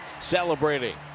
celebrating